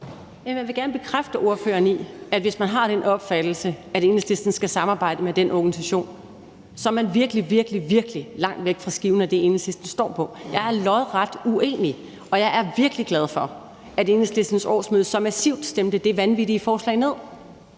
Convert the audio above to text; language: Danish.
Jeg vil gerne bekræfte ordføreren i, at hvis man har den opfattelse, at Enhedslisten skal samarbejde med den organisation, så er man virkelig, virkelig langt væk fra skiven af det, Enhedslisten står for. Jeg er lodret uenig, og jeg er virkelig glad for, at Enhedslistens årsmøde så massivt stemte det vanvittige forslag ned.